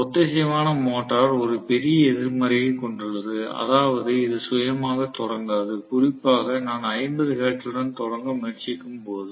ஒத்திசைவான மோட்டார் ஒரு பெரிய எதிர்மறையை கொண்டுள்ளது அதாவது இது சுயமாக தொடங்காது குறிப்பாக நான் 50 ஹெர்ட்ஸுடன் தொடங்க முயற்சிக்கும் போது